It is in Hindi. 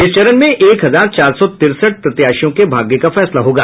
इस चरण में एक हजार चार सौ तिरसठ प्रत्याशियों के भाग्य का फैसला होगा